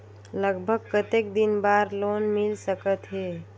लगभग कतेक दिन बार लोन मिल सकत हे?